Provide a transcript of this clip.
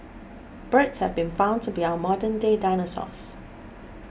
birds have been found to be our modernday dinosaurs